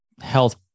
health